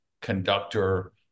conductor